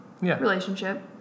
relationship